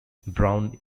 brown